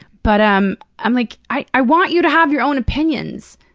but i'm i'm like, i i want you to have your own opinions!